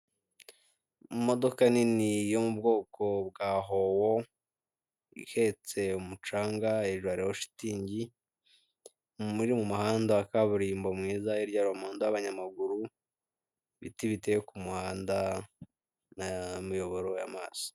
Imodoka nini yo mu bwoko bwa hoho ihetse umucanga hejuru hariho shitingi umuntu uri mu muhanda wa kaburimbo mwiza hirya hari umuhanda w'abanyamaguru, ibiti biteye ku muhanda imiyoboro y'amazi.